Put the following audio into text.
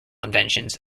inventions